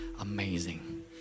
amazing